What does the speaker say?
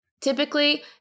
Typically